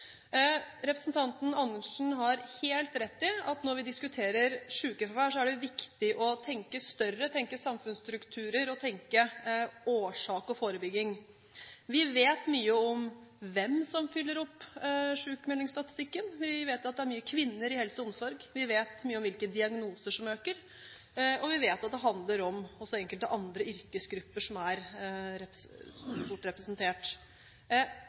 Representanten Andersen har helt rett i at når vi diskuterer sykefravær, er det viktig å tenke større, tenke samfunnsstrukturer, tenke årsak og forebygging. Vi vet mye om hvem som fyller opp sykmeldingsstatistikken. Vi vet at det er mange kvinner i helse og omsorg. Vi vet mye om hvilke diagnoser som øker, og vi vet at enkelte andre yrkesgrupper også er sterkt representert. Det er